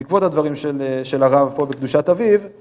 בעקבות הדברים של... של הרב פה, ב"קדושת אביב".